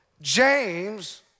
James